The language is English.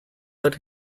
led